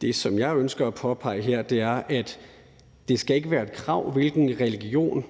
Det, som jeg ønsker at påpege her, er, at det ikke skal være et krav, at en bestemt religion